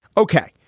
ok,